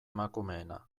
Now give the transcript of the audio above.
emakumeena